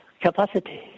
capacity